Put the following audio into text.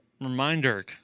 Reminder